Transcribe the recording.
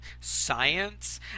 science